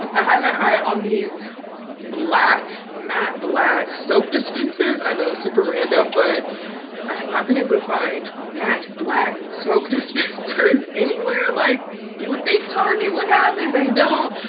i had my eye on these black matte black soap dispensers. i know super random, but i have not been able to find matte black soak dispensers anywhere. like you would think tony would have. well, and they don't.